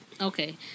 Okay